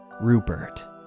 Rupert